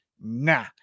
nah